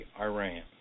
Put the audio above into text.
Iran